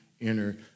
enter